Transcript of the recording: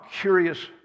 curious